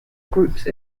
groups